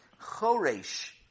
choresh